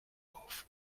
auf